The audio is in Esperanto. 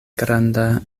granda